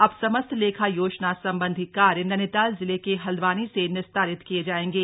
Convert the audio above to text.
अब समस्त लेखा योजना सम्बन्धी कार्य नैनीताल जिले के हल्दवानी से निस्तारित किये जाएंगे